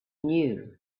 knew